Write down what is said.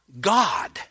God